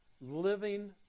living